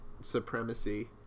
supremacy